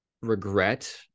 regret